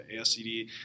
ASCD